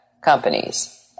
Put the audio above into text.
companies